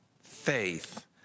faith